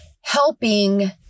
helping